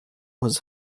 was